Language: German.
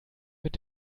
mit